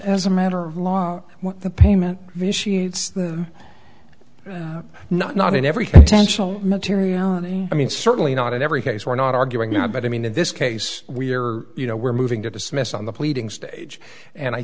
as a matter of law the payment not not in every intentional material i mean certainly not in every case we're not arguing about i mean in this case we're you know we're moving to dismiss on the pleading stage and i